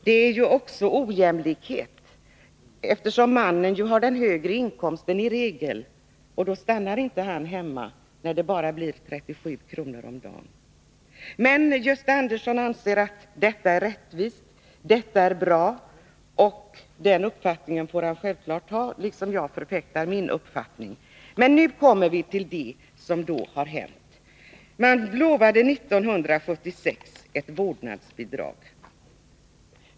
Det innebär också en ojämlikhet, eftersom mannen ju i regel har den högre inkomsten och då inte stannar hemma när det bara blir 37 kr. om dagen. Men Gösta Andersson anser att detta är rättvist och bra. Den uppfattningen får han självfallet ha, liksom jag förfäktar min uppfattning. Men nu kommer vi till det som hänt. Man lovade 1976 ett vårdnadsbidrag.